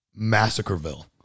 massacreville